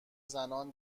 زنان